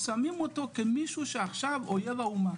שמים אותו כמישהו שעכשיו אויב האומה.